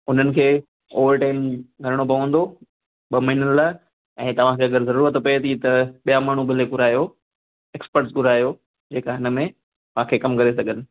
उन्हनि खे ओवरटाइम करिणो पवंदो ॿ महीननि लाइ ऐं तव्हांखे अगरि जरूरत पए थी त ॿिया माण्हूं भले घुरायो एक्सपर्टस घुरायो जेका हिनमें तव्हांखे कमु करे सघनि